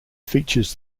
features